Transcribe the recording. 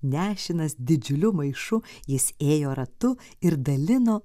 nešinas didžiuliu maišu jis ėjo ratu ir dalino